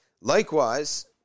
Likewise